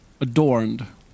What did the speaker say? adorned